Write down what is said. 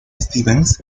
stevens